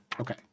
Okay